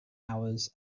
hours